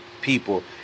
people